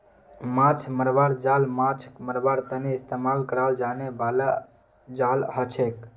माछ मरवार जाल माछ मरवार तने इस्तेमाल कराल जाने बाला जाल हछेक